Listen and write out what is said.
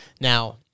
Now